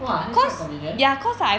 !wah! that's quite convenient